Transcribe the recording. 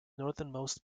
northernmost